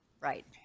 right